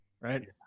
right